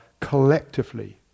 collectively